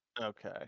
Okay